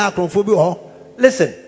listen